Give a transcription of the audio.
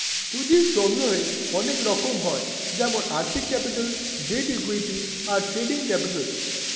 পুঁজির সংগ্রহের অনেক রকম হয় যেমন আর্থিক ক্যাপিটাল, ডেট, ইক্যুইটি, আর ট্রেডিং ক্যাপিটাল